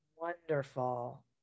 Wonderful